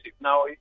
Now